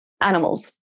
animals